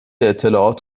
اطلاعات